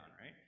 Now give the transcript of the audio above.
right